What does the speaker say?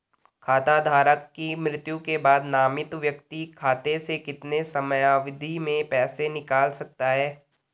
खाता धारक की मृत्यु के बाद नामित व्यक्ति खाते से कितने समयावधि में पैसे निकाल सकता है?